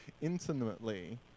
intimately